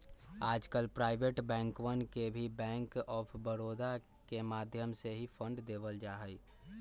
आजकल प्राइवेट बैंकवन के भी बैंक आफ बडौदा के माध्यम से ही फंड देवल जाहई